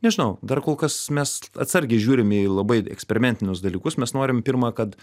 nežinau dar kol kas mes atsargiai žiūrim į labai eksperimentinius dalykus mes norim pirma kad